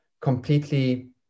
completely